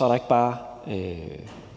er der ikke bare